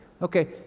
Okay